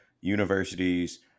universities